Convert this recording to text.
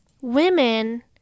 women